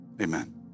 amen